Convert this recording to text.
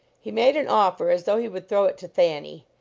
he made an offer as though he would throw it to thanny.